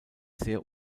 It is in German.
sehr